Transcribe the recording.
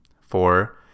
four